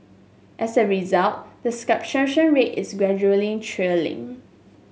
as a result the rate is gradually trailing